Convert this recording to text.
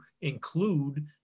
include